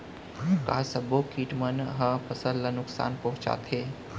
का सब्बो किट मन ह फसल ला नुकसान पहुंचाथे?